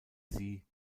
sie